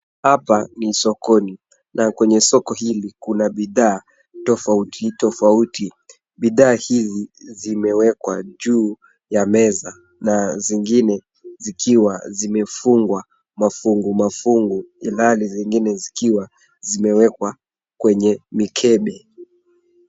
hapa ni sokoni na kwenye soko hili kuna bidhaa tofautitofauti. Bidhaa hizi zimewekwa juu ya meza na zingine zikiwa zimefungwa mafungumafungu ilhali zingine zikiwa zimewekwa kwenye mikebe.